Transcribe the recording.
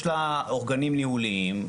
יש לה אורגנים ניהוליים,